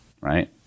right